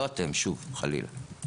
לא אתם, שוב, חלילה.